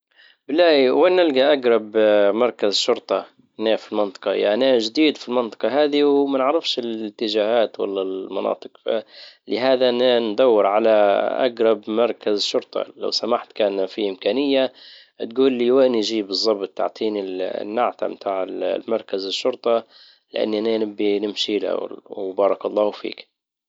بلاي وين نلقى اجرب مركز شرطة هنا في المنطقة يعني جديد في المنطقة هادي وما نعرفش الاتجاهات ولا المناطق. لهذا ندور على اجرب مركز شرطة. لو سمحت كان في امكانية تجول لي وين يجي بالزبط تعطيني النعتة متاع مركز الشرطة لان نبى نمشيله. وبارك الله فيك